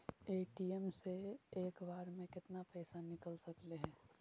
ATM से एक बार मे केतना पैसा निकल सकले हे?